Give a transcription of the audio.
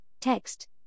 text